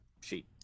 sheet